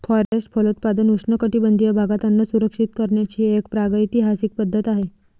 forest फलोत्पादन उष्णकटिबंधीय भागात अन्न सुरक्षित करण्याची एक प्रागैतिहासिक पद्धत आहे